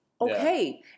okay